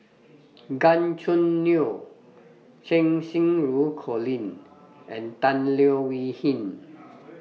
Gan Choo Neo Cheng Xinru Colin and Tan Leo Wee Hin